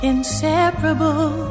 inseparable